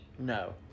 No